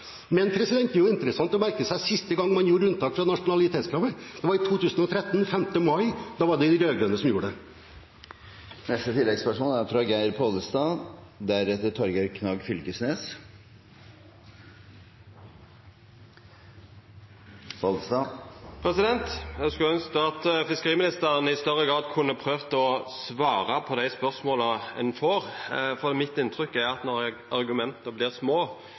Men det er interessant å merke seg at sist gang man gjorde unntak fra nasjonalitetskravet, var 5. mai 2013, og det var de rød-grønne som gjorde det. Geir Pollestad – til oppfølgingsspørsmål. Eg skulle ønskt at fiskeriministeren i større grad kunne prøvd å svara på dei spørsmåla han får, for mitt inntrykk er at når argumenta vert små, vert orda store. Senterpartiet er